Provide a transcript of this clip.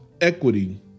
equity